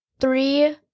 three